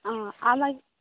आ हांव मागी